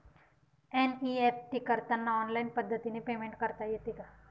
NEFT करताना online पद्धतीने payment करता येते का?